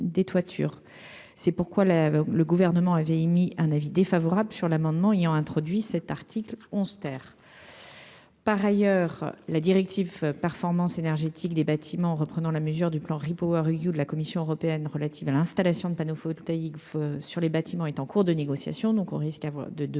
c'est pourquoi la le gouvernement avait émis un avis défavorable sur l'amendement ayant introduit cet article onze terre, par ailleurs, la directive performance énergétique des bâtiments, reprenant la mesure du plan are You, de la Commission européenne relatives à l'installation de panneaux photovoltaïques sur les bâtiments est en cours de négociation, donc on risque de devoir